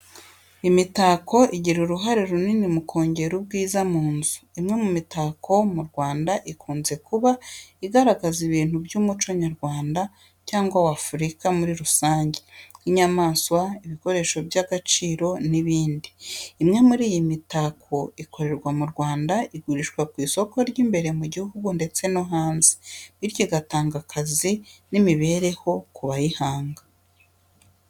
Imitako igira uruhare runini mu kongera ubwiza mu nzu. Imwe mu mitako mu Rwanda ikunze kuba igaragaza ibintu by’umuco nyarwanda cyangwa wa Afurika muri rusange, nk’inyamaswa, ibikoresho by’agaciro, n’ibindi. Imwe muri iyi mitako ikorerwa mu Rwanda igurishwa ku isoko ry’imbere mu gihugu ndetse no hanze, bityo igatanga akazi n’imibereho ku bayihanga.